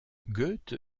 goethe